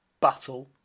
battle